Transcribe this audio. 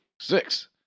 Six